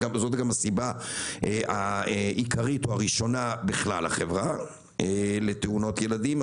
זאת גם הסיבה העיקרית או הראשונה בכלל בחברה לתאונות ילדים.